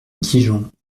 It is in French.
dijon